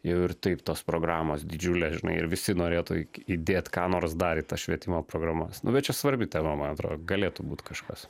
jau ir taip tos programos didžiulės žinai ir visi norėtų įdėt ką nors dar į tas švietimo programas nu bet čia svarbi tema man atrodo galėtų būt kažkas